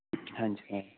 ਹਾਂਜੀ